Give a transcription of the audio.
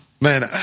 man